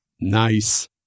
Nice